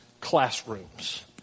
classrooms